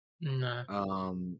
No